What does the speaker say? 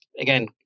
again